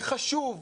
חשוב,